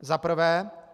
Za prvé.